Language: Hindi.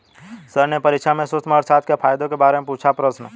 सर ने परीक्षा में सूक्ष्म अर्थशास्त्र के फायदों के बारे में प्रश्न पूछा